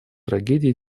трагедии